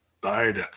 died